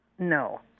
No